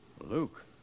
Luke